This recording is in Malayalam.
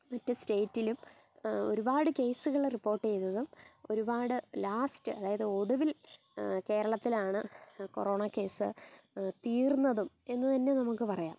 മറ്റ് സ്റ്റേറ്റിലും ഒരുപാട് കേസുകൾ റിപ്പോർട്ട് ചെയ്തതും ഒരുപാട് ലാസ്റ്റ് അതായത് ഒടുവിൽ കേരളത്തിലാണ് കൊറോണ കേസ് തീർന്നതും എന്ന് തന്നെ നമുക്ക് പറയാം